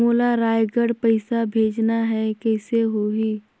मोला रायगढ़ पइसा भेजना हैं, कइसे होही?